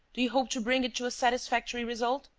do you hope to bring it to a satisfactory result?